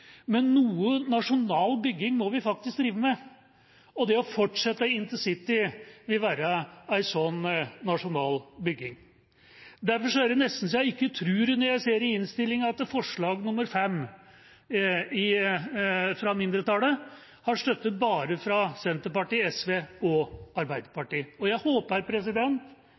å fortsette intercity vil være en sånn nasjonal bygging. Derfor er det nesten så jeg ikke tror det når jeg ser at forslag nr. 5 fra mindretallet i innstillinga bare har støtte fra Senterpartiet, SV og Arbeiderpartiet. Jeg håper